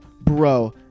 bro